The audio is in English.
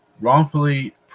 wrongfully